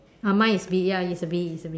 uh mine is bee ya it's a bee it's a bee